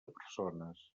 persones